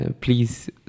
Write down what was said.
please